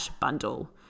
bundle